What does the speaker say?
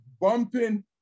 bumping